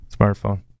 Smartphone